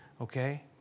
okay